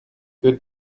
good